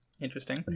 Interesting